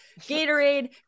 Gatorade